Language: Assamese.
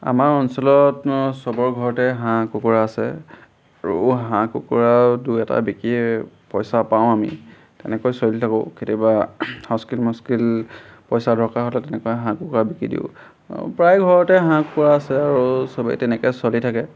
আমাৰ অঞ্চলত চবৰ ঘৰতে হাঁহ কুকুৰা আছে আৰু হাঁহ কুকুৰাও দুই এটা বিকিয়ে পইচা পাওঁ আমি তেনেকৈ চলি থাকোঁ কেতিয়াবা হস্কিল মস্কিল পইচা দৰকাৰ হ'লে তেনেকৈ হাঁহ কুকুৰা বিকি দিওঁ আৰু প্ৰায় ঘৰতে হাঁহ কুকুৰা আছে আৰু চবেই তেনেকৈ চলি থাকে